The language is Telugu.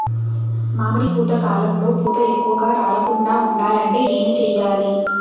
మామిడి పూత కాలంలో పూత ఎక్కువగా రాలకుండా ఉండాలంటే ఏమి చెయ్యాలి?